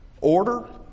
Order